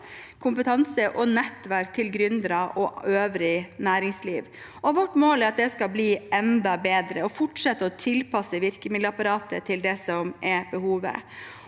kompetanse og nettverk til gründere og øvrig næringsliv. Vårt mål er at det skal bli enda bedre, og vi skal fortsette å tilpasse virkemiddelapparatet til det som er behovet.